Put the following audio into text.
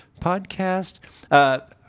podcast